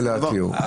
זה התרה.